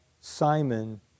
Simon